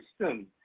system